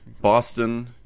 Boston